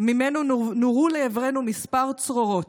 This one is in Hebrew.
וממנו נורו לעברנו כמה צרורות.